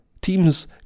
Teams